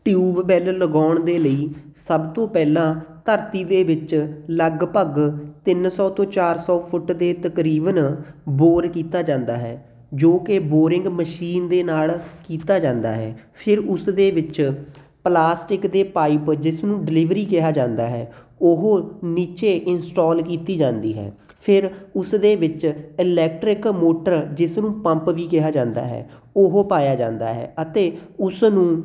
tubewell ਲਗਾਉਣ ਦੇ ਲਈ ਸਭ ਤੋਂ ਪਹਿਲਾਂ ਧਰਤੀ ਦੇ ਵਿੱਚ ਲਗਭਗ ਤਿੰਨ ਸੋ ਤੋਂ ਚਾਰ ਸੌ ਫੁੱਟ ਦੇ ਤਕਰੀਬਨ ਬੋਰ ਕੀਤਾ ਜਾਂਦਾ ਹੈ ਜੋ ਕਿ ਬੋਰਿੰਗ ਮਸ਼ੀਨ ਦੇ ਨਾਲ ਕੀਤਾ ਜਾਂਦਾ ਹੈ ਫਿਰ ਉਸ ਦੇ ਵਿੱਚ ਪਲਾਸਟਿਕ ਦੇ ਪਾਈਪ ਜਿਸ ਨੂੰ ਡਿਲੀਵਰੀ ਕਿਹਾ ਜਾਂਦਾ ਹੈ ਉਹ ਨੀਚੇ ਇੰਸਟੋਲ ਕੀਤੀ ਜਾਂਦੀ ਹੈ ਫਿਰ ਉਸ ਦੇ ਵਿੱਚ ਇਲੈਕਟ੍ਰਿਕ ਮੋਟਰ ਜਿਸ ਨੂੰ ਪੰਪ ਵੀ ਕਿਹਾ ਜਾਂਦਾ ਹੈ ਉਹ ਪਾਇਆ ਜਾਂਦਾ ਹੈ ਅਤੇ ਉਸ ਨੂੰ